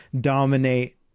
dominate